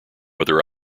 other